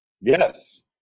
Yes